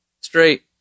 Straight